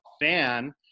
fan